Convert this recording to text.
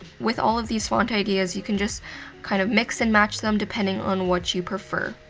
with all of these font ideas, you can just kind of mix and match them, depending on what you prefer.